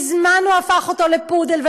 מזמן הוא הפך אותו לפודל,